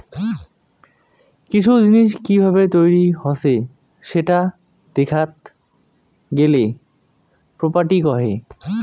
কিসু জিনিস কি ভাবে তৈরী হসে সেটা দেখাত গেলে প্রপার্টি কহে